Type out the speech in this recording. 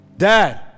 Dad